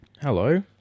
Hello